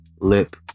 Lip